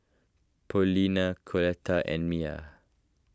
Paulina Coletta and Mia